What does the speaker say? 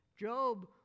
Job